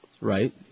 Right